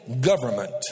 government